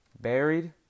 buried